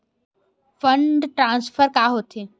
Fund transfer का होथे?